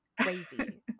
crazy